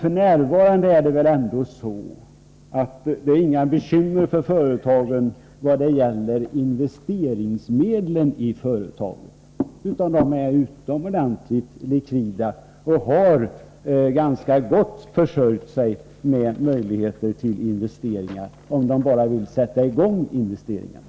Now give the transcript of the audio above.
Men, Kjell Johansson, f. n. föreligger inga bekymmer när det gäller investeringsmedel i företagen, utan de är utomordentligt likvida och har försörjt sig ganska väl med möjligheter till investeringar — om de bara vill sätta i gång investeringarna.